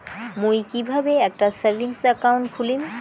মুই কিভাবে একটা সেভিংস অ্যাকাউন্ট খুলিম?